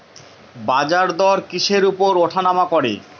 বাজারদর কিসের উপর উঠানামা করে?